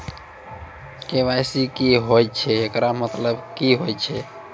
KYC की होय छै, एकरो मतलब की होय छै?